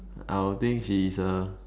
I'll think she is a